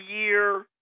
year